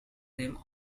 them